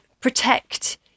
protect